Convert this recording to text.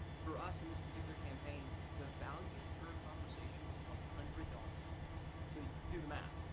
for us, in this particular campaign the value per conversation was one hundred dollars so do the math.